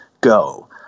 go